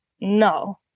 No